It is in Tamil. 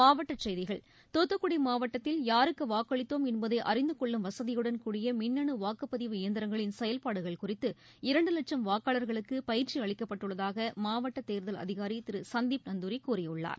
மாவட்டச் செய்திகள் தூத்துக்குடி மாவட்டத்தில் யாருக்கு வாக்களித்தோம் என்பதை அறிந்து கொள்ளும் வசதியுடன் கூடிய மின்னு வாக்குப்பதிவு இயந்திரங்களின் செயல்பாடுகள் குறித்து இரண்டு வட்சும் வாக்காளர்களுக்கு பயிற்சி அளிக்கப்பட்டுள்ளதாக மாவட்ட தேர்தல் அதிகாரி திரு சந்தீப் நந்துாரி கூறியுள்ளார்